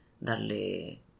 darle